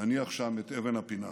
נניח שם את אבן הפינה.